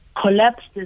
collapsed